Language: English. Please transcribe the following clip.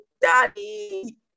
daddy